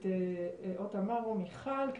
את תמר או מיכל,